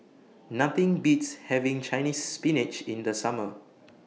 Nothing Beats having Chinese Spinach in The Summer